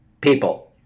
People